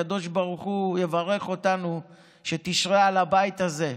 הקדוש ברוך הוא יברך אותנו שתשרה על הבית הזה,